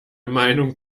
meinung